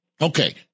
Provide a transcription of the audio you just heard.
Okay